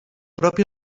propi